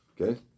Okay